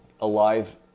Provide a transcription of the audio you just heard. alive